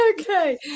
okay